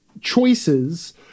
choices